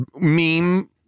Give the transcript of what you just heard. meme